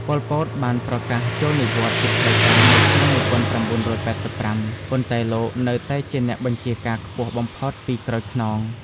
ប៉ុល ពត បានប្រកាសចូលនិវត្តន៍ជាផ្លូវការនៅឆ្នាំ១៩៨៥ ប៉ុន្តែលោកនៅតែជាអ្នកបញ្ជាការខ្ពស់បំផុតពីក្រោយខ្នង។